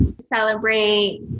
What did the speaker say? celebrate